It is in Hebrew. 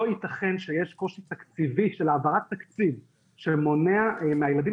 ייתכן שיש קושי תקציבי של העברת תקציב שמונע מהילדים